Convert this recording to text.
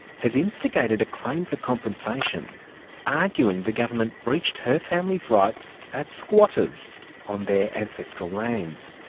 has instigated a claim for compensation arguing the government breached her family's rights as squatters on their ancestral lands.